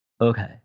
Okay